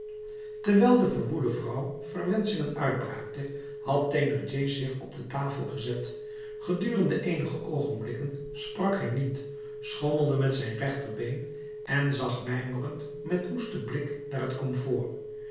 terwijl de verwoede vrouw verwenschingen uitbraakte had thénardier zich op de tafel gezet gedurende eenige oogenblikken sprak hij niet schommelde met zijn rechterbeen en zag mijmerend met woesten blik naar het komfoor